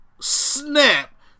snap